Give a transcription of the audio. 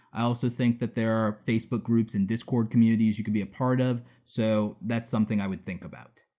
i also think that there are facebook groups and discord communities you can be a part of, so that's something i would think about.